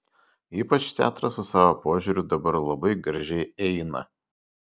ypač teatras su savo požiūriu dabar labai gražiai eina